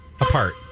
Apart